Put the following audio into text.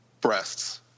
breasts